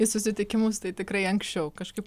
į susitikimus tai tikrai anksčiau kažkaip